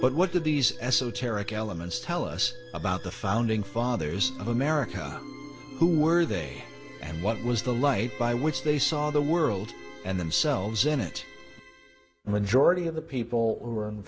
but what did these esoteric elements tell us about the founding fathers of america who were they and what was the light by which they saw the world and themselves innit the majority of the people who were in